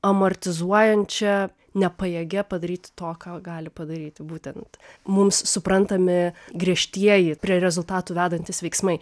amortizuojančia nepajėgia padaryti to ką gali padaryti būtent mums suprantami griežtieji prie rezultatų vedantys veiksmai